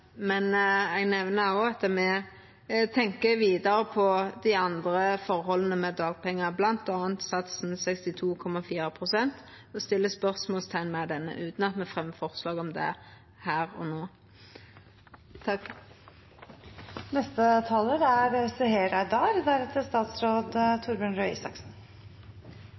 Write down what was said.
Men eg nemner òg at me tenkjer vidare på dei andre forholda med dagpengar, bl.a. satsen på 62,4 pst., og set spørsmålsteikn ved denne – utan at me fremjar forslag om det her og no.